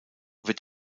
wird